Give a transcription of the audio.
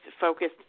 focused